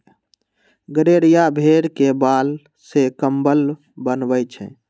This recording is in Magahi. गड़ेरिया भेड़ के बाल से कम्बल बनबई छई